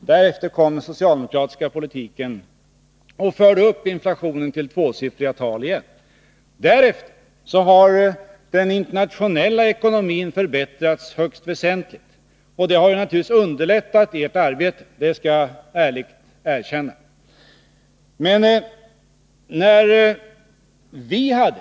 Därefter kom den socialdemokratiska politiken och förde upp inflationen till tvåsiffriga tal igen. Sedan dess har den internationella ekonomin förbättrats högst väsentligt. Det har naturligtvis underlättat ert arbete, det skall jag ärligt erkänna. Vi hade